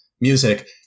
music